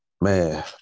Man